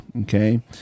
Okay